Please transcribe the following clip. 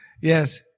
Yes